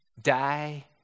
Die